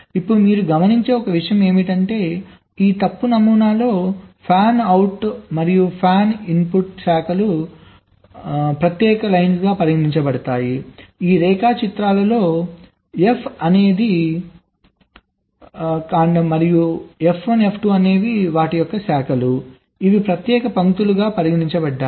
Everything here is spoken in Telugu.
ఇప్పుడు మీరు గమనించే ఒక విషయం ఏమిటంటే ఈ తప్పు నమూనాలో ఫ్యాన్అవుట్ కాండం మరియు ఫ్యాన్అవుట్ శాఖలు ప్రత్యేక పంక్తులుగా పరిగణించబడతాయి ఈ రేఖాచిత్రాలలో F అనేది అభిమాని కాండం మరియు F1 F2 అభిమానుల శాఖలు అవి ప్రత్యేక పంక్తులుగా పరిగణించబడతాయి